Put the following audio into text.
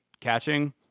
catching